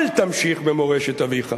אל תמשיך במורשת אביך.